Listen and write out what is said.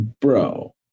bro